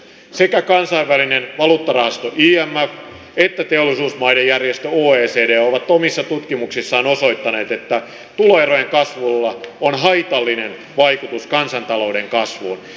sekä kansainvälinen valuuttarahasto imf että teollisuusmaiden järjestö oecd ovat omissa tutkimuksissaan osoittaneet että tuloerojen kasvulla on haitallinen vaikutus kansantalouden kasvuun